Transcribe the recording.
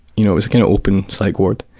you know it was and open psych ward,